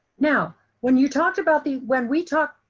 now, when you talked about the, when we talked,